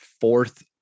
fourth